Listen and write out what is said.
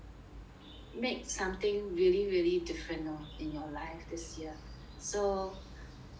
make something really really different lor in your life this year so